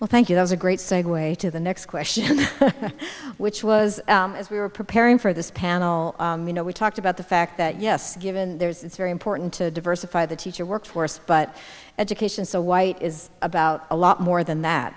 well thank you does a great segue to the next question which was as we were preparing for this panel you know we talked about the fact that yes given there's it's very important to diversify the teacher workforce but education so white is about a lot more than that